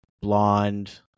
blonde